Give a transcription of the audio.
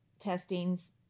testings